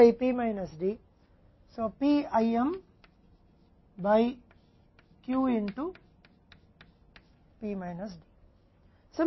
इसलिए यहाँ से P P 1 Xमें Pt1 बाय Q